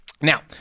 Now